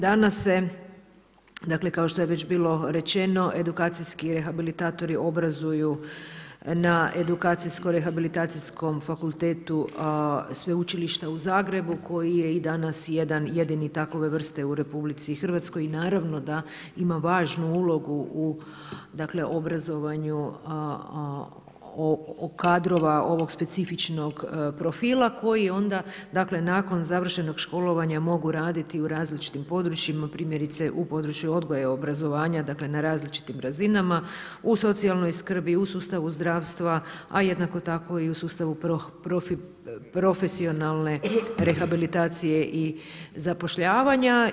Danas se kao što je već bilo rečeno edukacijski rehabilitatori obrazuju na Edukacijsko-rehabilitacijskom fakultetu Sveučilišta u Zagrebu koji je danas jedini takove vrste u RH i naravno da ima važnu ulogu u obrazovanju kadrova ovog specifičnog profila koji onda nakon završenog školovanja mogu raditi u različitim područjima, primjerice u području odgoja i obrazovanja na različitim razinama, u socijalnoj skrbi, u sustavu zdravstva, a jednako tako i profesionalne rehabilitacije i zapošljavanja.